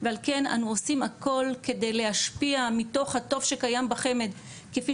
ועל כן אנחנו עושים הכל כדי להשפיע מתוך הטוב שקיים בחמ"ד כפי